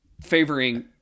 favoring